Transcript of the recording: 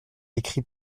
écrit